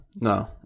no